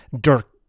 Dirk